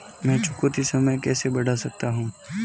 मैं चुकौती समय कैसे बढ़ा सकता हूं?